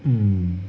mm